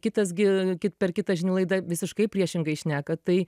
kitas gi kit per kitą žinių laidą visiškai priešingai šneka tai